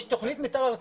יש תכנית מתאר ארצית,